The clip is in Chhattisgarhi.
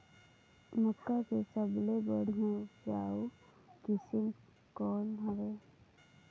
मक्का के सबले बढ़िया उपजाऊ किसम कौन हवय?